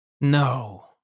No